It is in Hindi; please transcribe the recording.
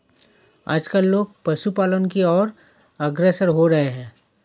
आजकल लोग पशुपालन की और अग्रसर हो रहे हैं